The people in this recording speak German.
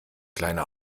kleine